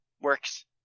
Works